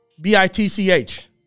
B-I-T-C-H